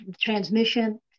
transmission